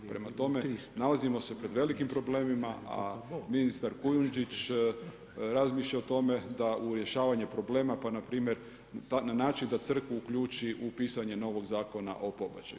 Prema tome, nalazimo se pred velikim problemima, a ministar Kujundžić razmišlja o tome da u rješavanje problema pa npr. na način da crkvu uključi u pisanje novog Zakona o pobačaju.